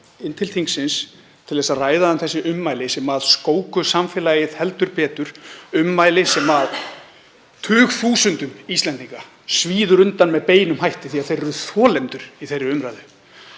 að ræða um þessi ummæli sem skóku samfélagið heldur betur, ummæli sem tugþúsundum Íslendinga svíður undan með beinum hætti því þeir eru þolendur í þeirri umræðu.